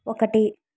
ఒకటి